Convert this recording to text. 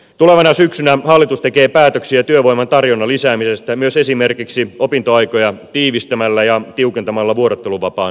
tulevana syksynä hallitus tekee päätöksiä työvoiman tarjonnan lisäämisestä myös esimerkiksi opintoaikoja tiivistämällä ja tiukentamalla vuorotteluvapaan ehtoja